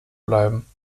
bleiben